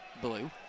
Blue